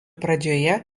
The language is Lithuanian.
pradžioje